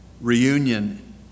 reunion